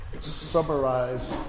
summarize